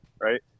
right